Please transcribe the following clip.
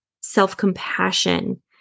self-compassion